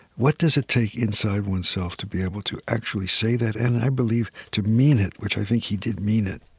what does it take inside one's self to be able to actually say that and, i believe, to mean it, which i think he did mean it